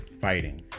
fighting